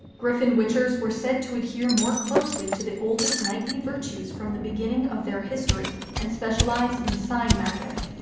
griffin witchers were said to adhere more closely to the oldest knightly virtues from the beginning of their history and specialize in sign magic.